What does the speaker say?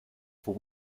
for